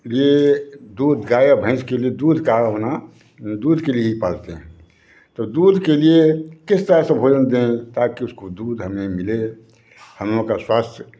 लिए दूध गाई या भैंस के लिए दूध होना दूध के लिए ही पालते हैं तो दूध के लिए किस तरह से भोजन दें ताकि उसको दूध हमें मिले हमलोग का स्वास्थय